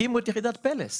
הקימו את יחידת פל"ס